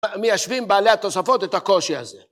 מיישבים בעלי התוספות את הקושי הזה.